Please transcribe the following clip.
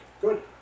Good